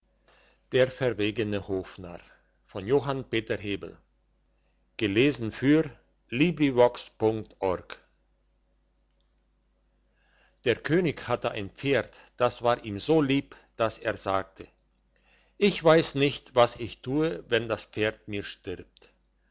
der verwegene hofnarr der könig hatte ein pferd das war ihm so lieb dass er sagte ich weiss nicht was ich tue wenn das pferd mir stirbt